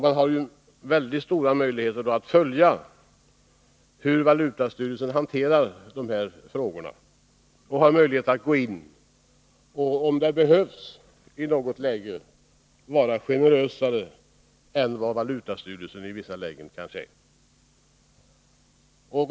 Man har då mycket stora möjligheter att följa hur valutastyrelsen hanterar frågorna och möjligheter att — om det behövs i något fall — gå in och vara generösare än vad valutastyrelsen kanske är.